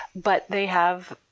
but they have,